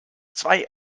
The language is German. zwei